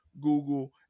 Google